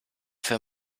für